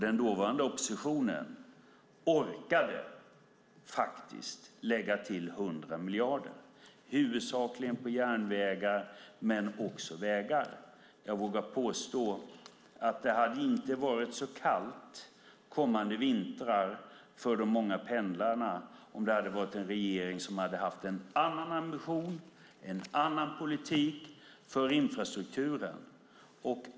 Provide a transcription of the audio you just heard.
Den dåvarande oppositionen orkade faktiskt lägga till 100 miljarder, huvudsakligen på järnvägar men också på vägar. Jag vågar påstå att det inte skulle vara så kallt under kommande vintrar för de många pendlarna om det hade varit en regering som hade haft en annan ambition och en annan politik för infrastrukturen.